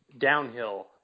downhill